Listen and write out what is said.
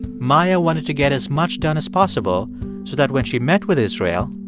maia wanted to get as much done as possible so that when she met with israel.